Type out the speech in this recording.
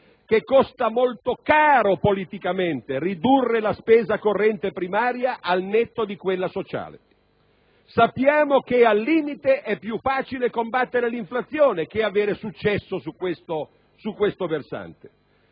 che costa molto caro politicamente ridurre la spesa corrente primaria, al netto di quella sociale. Sappiamo che, al limite, è più facile combattere l'inflazione che avere successo su questo versante.